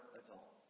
adult